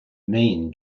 mean